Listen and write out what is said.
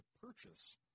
purchase